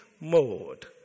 mode